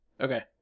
Okay